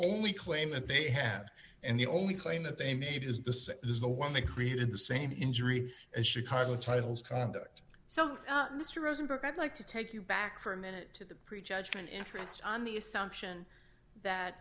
only claim that they had and the only claim that they made is this is the one that created the same injury and chicago titles conduct so mr rosenberg i'd like to take you back for a minute to the pre judgment interest on the assumption that